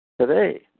Today